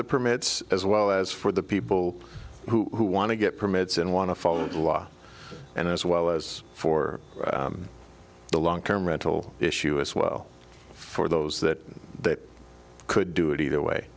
the permits as well as for the people who want to get permits and want to follow the law and as well as for the long term rental issue as well for those that that could do it either way